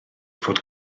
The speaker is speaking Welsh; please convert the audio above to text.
fod